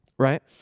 Right